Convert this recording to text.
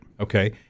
okay